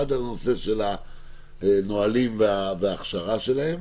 אחד, הנושא של הנהלים וההכשרה שלהם,